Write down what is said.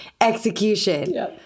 execution